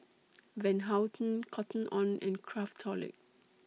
Van Houten Cotton on and Craftholic